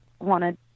wanted